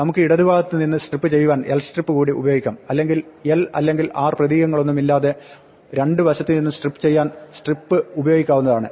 നമുക്ക് ഇടത് ഭാഗത്ത് നിന്ന് സ്ട്രിപ്പ് ചെയ്യുവാൻ lstrip കൂടി ഉപയോഗിക്കാം അല്ലെങ്കിൽ l അല്ലെങ്കിൽ r പ്രതീകങ്ങളൊന്നുമില്ലാതെ രണ്ട് വശത്ത് നിന്നും സ്ട്രിപ്പ് ചെയ്യുവാൻ strip ഉപയോഗിക്കാവുന്നതാണ്